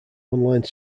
online